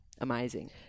amazing